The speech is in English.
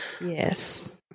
Yes